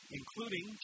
including